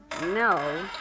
No